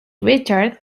richard